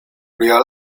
lia